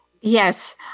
Yes